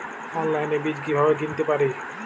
অনলাইনে বীজ কীভাবে কিনতে পারি?